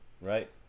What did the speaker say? right